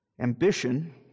ambition